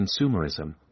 consumerism